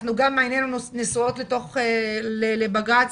עינינו נשואות לבג"ץ